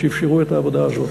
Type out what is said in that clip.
שאפשרו את העבודה הזאת.